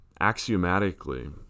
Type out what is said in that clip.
axiomatically